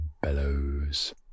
bellows